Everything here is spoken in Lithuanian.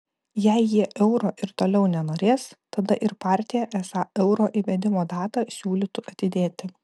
jei jie euro ir toliau nenorės tada ir partija esą euro įvedimo datą siūlytų atidėti